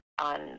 on